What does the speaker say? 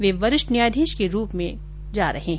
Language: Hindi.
वे वरिष्ठ न्यायाधीश के रूप में जा रहे है